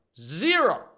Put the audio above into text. Zero